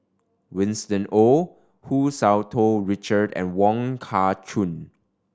Winston Oh Hu Tsu Tau Richard and Wong Kah Chun